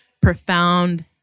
profound